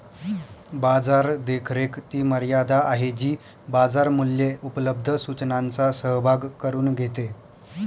बाजार देखरेख ती मर्यादा आहे जी बाजार मूल्ये उपलब्ध सूचनांचा सहभाग करून घेते